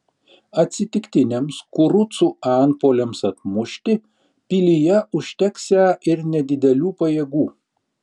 atsitiktiniams kurucų antpuoliams atmušti pilyje užteksią ir nedidelių pajėgų